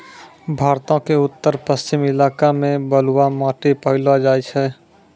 भारतो के उत्तर पश्चिम इलाका मे बलुआ मट्टी पायलो जाय छै